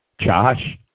Josh